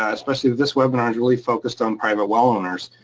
ah especially this webinar, is really focused on private well owners.